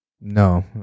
No